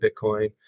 Bitcoin